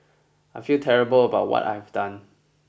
I feel terrible about what I have done